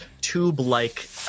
tube-like